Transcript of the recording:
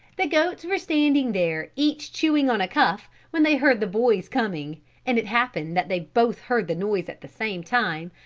the goats were standing there each chewing on a cuff when they heard the boys coming and it happened that they both heard the noise at the same time,